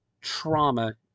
trauma